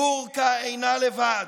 בורקה אינה לבד: